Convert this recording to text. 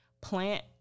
plant